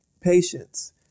patience